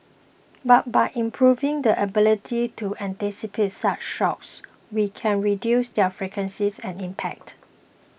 but by improving the ability to anticipate such shocks we can reduce their frequencies and impact